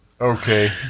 Okay